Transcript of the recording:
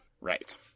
Right